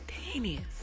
Spontaneous